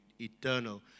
eternal